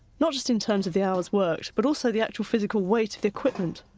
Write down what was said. not just in terms of the hours worked, but also the actual physical weight of the equipment.